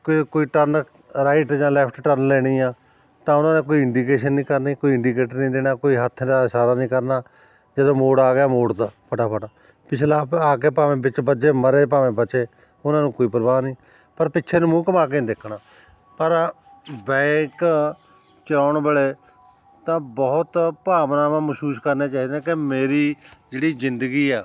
ਕੋਈ ਕੋਈ turn right ਜਾਂ ਲੈਫਟ ਟਰਨ ਲੈਣੀ ਆ ਤਾਂ ਉਹਨਾਂ ਦਾ ਕੋਈ ਇੰਡੀਕੇਸ਼ਨ ਨਹੀਂ ਕਰਨੀ ਕੋਈ ਇੰਡੀਕੇਟਰ ਨਹੀਂ ਦੇਣਾ ਕੋਈ ਹੱਥ ਦਾ ਇਸ਼ਾਰਾ ਨਹੀਂ ਕਰਨਾ ਜਦੋਂ ਮੋੜ ਆ ਗਿਆ ਮੋੜਤਾ ਫਟਾਫਟ ਪਿਛਲਾ ਆ ਕੇ ਭਾਵੇਂ ਵਿੱਚ ਵੱਜੇ ਮਰੇ ਭਾਵੇਂ ਬਚੇ ਉਹਨਾਂ ਨੂੰ ਕੋਈ ਪਰਵਾਹ ਨਹੀਂ ਪਰ ਪਿੱਛੇ ਨੂੰ ਮੂੰਹ ਘੁੰਮਾ ਕੇ ਨਹੀਂ ਦੇਖਣਾ ਪਰ ਬਾਈਕ ਚਲਾਉਣ ਵੇਲੇ ਤਾਂ ਬਹੁਤ ਭਾਵਨਾਵਾਂ ਮਹਿਸੂਸ ਕਰਨੀਆਂ ਚਾਹੀਦੀਆਂ ਕਿ ਮੇਰੀ ਜਿਹੜੀ ਜ਼ਿੰਦਗੀ ਆ